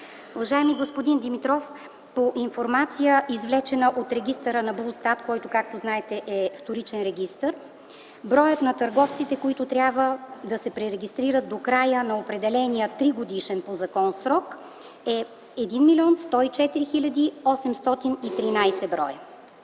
Уважаеми господин Димитров, по информация, извлечена от регистъра на БУЛСТАТ, който, както знаете е вторичен регистър, броят на търговците, които трябва да се пререгистрират до края на определения 3-годишен по закона срок е 1 млн. 104 хил. 813.